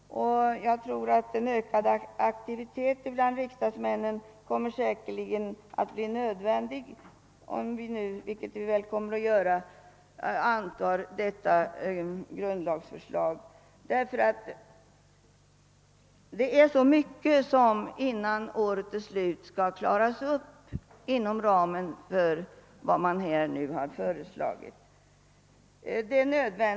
Nog tror jag att en ökad effektivitet bland riksdagsmännen kommer att behövas, om vi nu antar detta grundlagsförslag — vilket vi väl kommer att göra. Det är nämligen så mycket som innan året är slut måste klaras upp inom ramen för vad som nu har föreslagits.